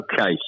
Okay